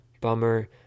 Bummer